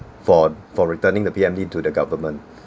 for for returning the P_M_D to the government